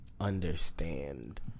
understand